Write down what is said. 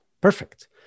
Perfect